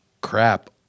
crap